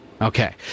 Okay